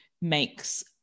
makes